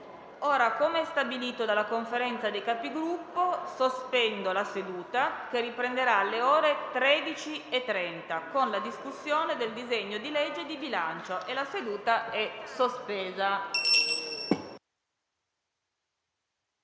150. Come stabilito dalla Conferenza dei Capigruppo, sospendo la seduta, che riprenderà alle ore 13,30 con la discussione del disegno di legge di bilancio. *(La seduta, sospesa